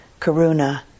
karuna